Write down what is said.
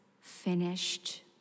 finished